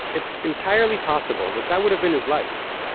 it's entirely possible that that would have been his life.